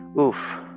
Oof